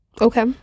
Okay